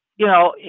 you know,